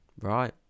Right